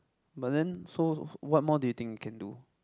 but then so what more do you think we can do